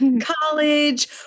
college